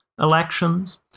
elections